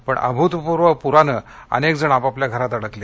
पण अभूतपूर्व पूरानं अनेक जण आपापल्या घरात अडकले